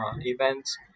events